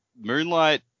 moonlight